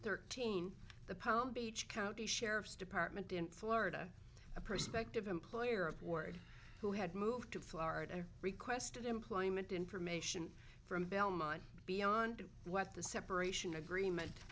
thirteen the palm beach county sheriff's department in florida a prospective employer of ward who had moved to florida and requested employment information from belmont beyond what the separation agreement